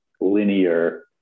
linear